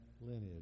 lineage